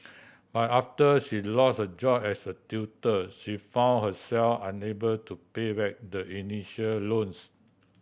but after she lost her job as a tutor she found herself unable to pay back the initial loans